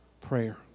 prayer